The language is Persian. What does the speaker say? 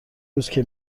روزکه